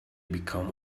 become